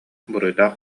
буруйдаах